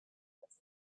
has